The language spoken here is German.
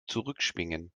zurückschwingen